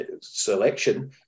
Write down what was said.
selection